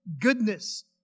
goodness